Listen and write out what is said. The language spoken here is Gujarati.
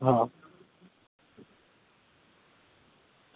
હા